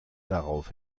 darauf